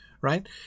Right